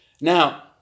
Now